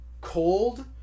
cold